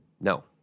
no